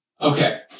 Okay